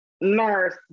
nurse